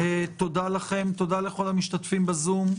תודה לכם, תודה לכל המשתתפים בזום,